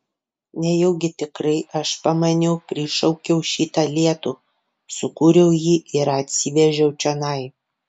nejaugi tikrai aš pamaniau prišaukiau šitą lietų sukūriau jį ir atsivežiau čionai